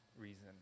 reason